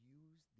use